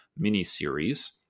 miniseries